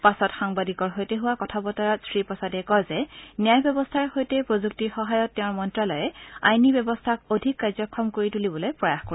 পাছত সাংবাদিকৰ সৈতে হোৱা কথা বতৰাত শ্ৰী প্ৰসাদে কয় যে ন্যায় ব্যৱস্থাৰ সৈতে প্ৰযুক্তিৰ সহায়ত তেওঁৰ মন্ত্ৰালয়ে আইনী ব্যৱস্থা অধিক কাৰ্যক্ষম কৰি তুলিবলৈ প্ৰয়াস কৰিব